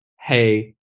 hey